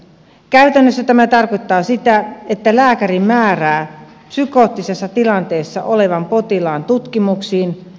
käytännössä tämä tarkoittaa sitä että lääkäri määrää psykoottisessa tilanteessa olevan potilaan tutkimuksiin